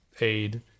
aid